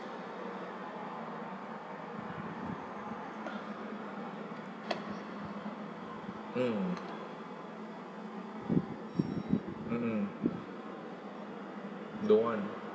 mm mmhmm don't want